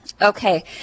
okay